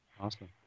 awesome